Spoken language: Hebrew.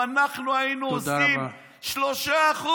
אם אנחנו היינו עושים 3%,